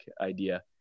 idea